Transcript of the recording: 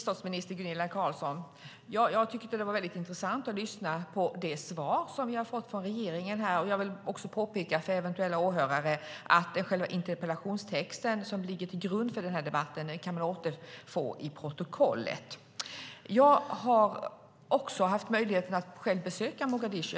Fru talman! Jag tyckte att det var intressant att lyssna på det svar som vi har fått från regeringen och biståndsminister Gunilla Carlsson. Jag vill påpeka för eventuella åhörare att man kan återfinna själva interpellationstexten, som ligger till grund för debatten, i protokollet. Jag har haft möjligheten att själv besöka Mogadishu.